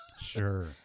sure